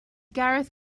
gareth